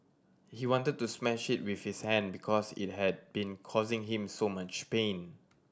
he wanted to smash it with his hand because it had been causing him so much pain